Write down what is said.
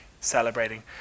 celebrating